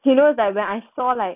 he know that when I saw like